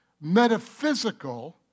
metaphysical